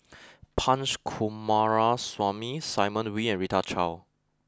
Punch Coomaraswamy Simon Wee and Rita Chao